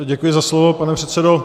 Děkuji za slovo, pane předsedo.